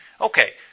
Okay